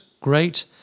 great